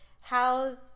how's